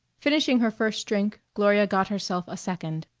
finishing her first drink, gloria got herself a second.